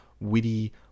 witty